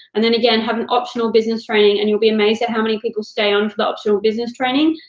and then again, have an optional business training, and you'll be amazed at how many people stay on for the optional business training,